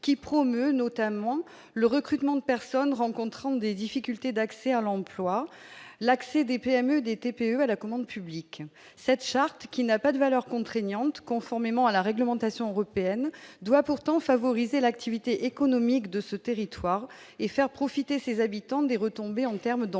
qui promeut notamment le recrutement de personnes rencontrant des difficultés d'accès à l'emploi, l'accès des PME et des TPE à la commande publique, cette charte, qui n'a pas de valeur contraignante, conformément à la réglementation européenne doit pourtant favoriser l'activité économique de ce territoire et faire profiter ses habitants des retombées en termes donc